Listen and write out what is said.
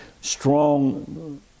Strong